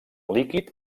líquid